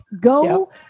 Go